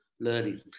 learning